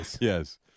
Yes